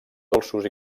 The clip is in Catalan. dolços